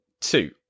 two